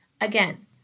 Again